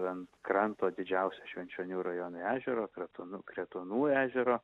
ant kranto didžiausio švenčionių rajone ežero kretuonų kretuonų ežero